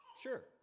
Sure